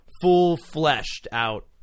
full-fleshed-out